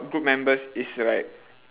group members is like